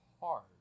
hard